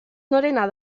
norena